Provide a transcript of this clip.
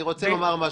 אני רוצה לומר משהו,